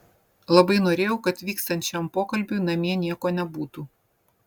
labai norėjau kad vykstant šiam pokalbiui namie nieko nebūtų